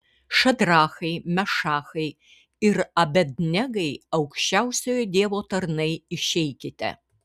šadrachai mešachai ir abed negai aukščiausiojo dievo tarnai išeikite